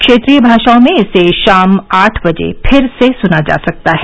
क्षेत्रीय भाषाओं में इसे शाम आठ बजे से फिर से सुना जा सकता है